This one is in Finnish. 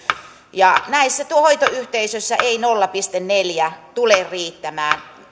ja näissä hoitoyhteisöissä ei nolla pilkku neljä tule riittämään